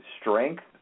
strength